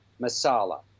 Masala